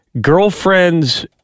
girlfriend's